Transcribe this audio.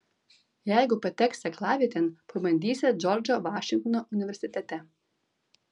jeigu pateksią aklavietėn pabandysią džordžo vašingtono universitete